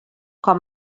com